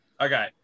Okay